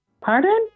Pardon